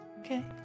Okay